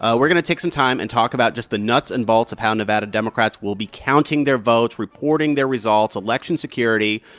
ah we're going to take some time and talk about just the nuts and bolts of how nevada democrats will be counting their votes, reporting their results, election security.